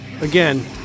again